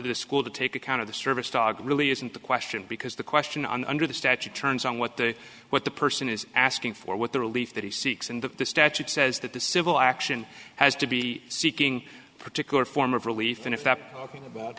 the school to take account of the service dog really isn't the question because the question under the statute turns on what the what the person is asking for what the relief that he seeks and that the statute says that the civil action has to be seeking a particular form of relief and if that about